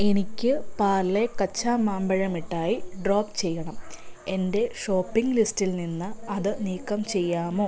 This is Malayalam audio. എനിക്ക് പാർലെ കച്ചാ മാമ്പഴ മിഠായി ഡ്രോപ്പ് ചെയ്യണം എന്റെ ഷോപ്പിംഗ് ലിസ്റ്റിൽ നിന്ന് അത് നീക്കം ചെയ്യാമോ